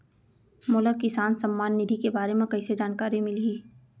मोला किसान सम्मान निधि के बारे म कइसे जानकारी मिलही?